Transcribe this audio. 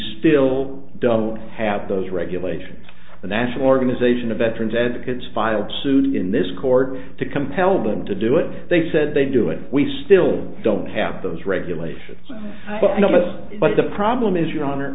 still don't have those regulations the national organization of veterans advocates filed suit in this court to compel them to do it they said they do it we still don't have those regulations but notice but the problem is your honor